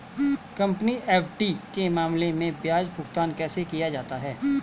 Company FD के मामले में ब्याज भुगतान कैसे किया जाता है?